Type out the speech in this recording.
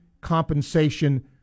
compensation